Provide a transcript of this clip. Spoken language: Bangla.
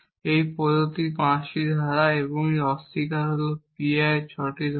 এই 5টি প্রদত্ত ধারা এবং এর অস্বীকার হল PI 6টি ধারা